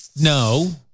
no